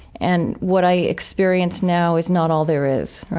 and what i experience now is not all there is.